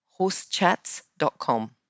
Horsechats.com